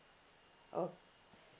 oh